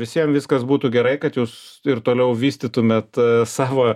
visiem viskas būtų gerai kad jūs ir toliau vystytumėt savo